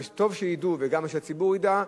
טוב שידעו וגם שהציבור ידע,